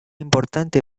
importante